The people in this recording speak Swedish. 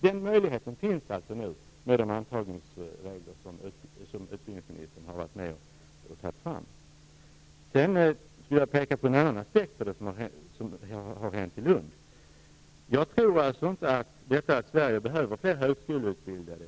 Den möjligheten finns nu med de antagningsregler som utbildningsministern har varit med att ta fram. Sedan vill jag peka på en annan aspekt när det gäller det som hänt i Lund. Sverige behöver fler högskoleutbildade.